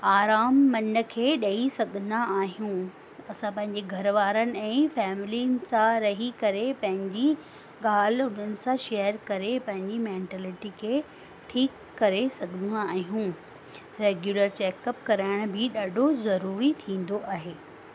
आराम मन खे ॾई सघंदा आहियूं असां पंहिंजे घर वारनि ऐं फ़ेमिलीन सां रही करे पंहिंजी ॻाल्हि उन्हनि सां शेअर करे पंहिंजी मेंटीलिटी खे ठीकु करे सघंदा आहियूं रेगुलर चेक अप कराइण बि ॾाढो ज़रूरी थींदो आहे